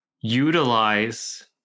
utilize